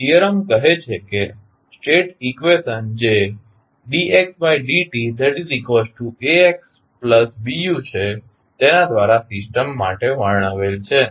theorem કહે છે કે સ્ટેટ ઇકવેશન જે dxdtAxtBut છે તેના દ્વારા સિસ્ટમ માટે વર્ણવેલ છે